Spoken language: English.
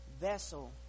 vessel